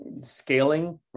scaling